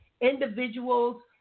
individuals